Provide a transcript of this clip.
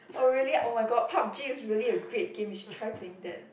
oh really oh my god Pup-g is really a great game you should try playing that